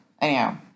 anyhow